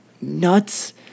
nuts